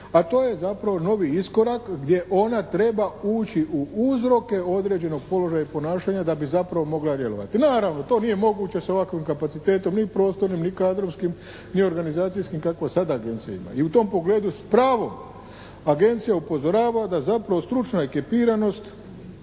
A to je zapravo novi iskorak gdje ona treba uči u uzroke određenog položaja i ponašanja da bi zapravo mogla djelovati. Naravno to nije moguće sa ovakvim kapacitetom ni prostornim, ni kadrovskim, ni organizacijskim kako sada agencije imaju. I u tom pogledu s pravom Agencija upozorava da zapravo stručna ekipiranost